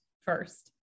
first